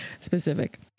specific